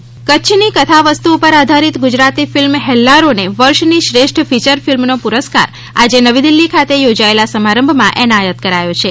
હેલ્લારો કચ્છની કથાવસ્તુ ઉપર આધારિત ગુજરાતી ફિલ્મ હેલ્લારો ને વર્ષ ની શ્રેષ્ઠ ફીયર ફિલ્મ નો પુરસ્કાર આજે નવી દિલ્લી ખાતે યોજાયેલા સમારંભ માં એનાયત કરાયો છે